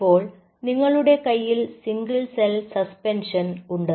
ഇപ്പോൾ നിങ്ങളുടെ കയ്യിൽ സിംഗിൾ സെൽ സസ്പെൻഷൻ ഉണ്ട്